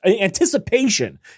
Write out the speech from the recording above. anticipation